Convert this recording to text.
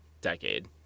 decade